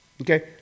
okay